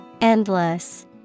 Endless